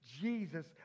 Jesus